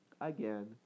Again